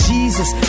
Jesus